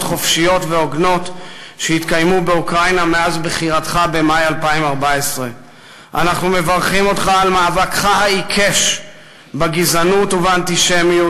חופשיות והוגנות שהתקיימו באוקראינה מאז בחירתך במאי 2014. אנחנו מברכים אותך על מאבקך העיקש בגזענות ובאנטישמיות